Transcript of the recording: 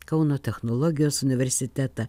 kauno technologijos universitetą